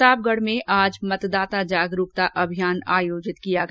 प्रतापगढ में आज मतदाता जागरूकता अभियान आयोजित किया गया